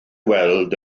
weld